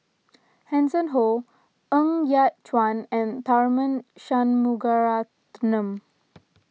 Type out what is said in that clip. Hanson Ho Ng Yat Chuan and Tharman Shanmugaratnam